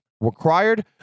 required